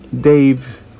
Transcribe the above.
Dave